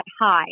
high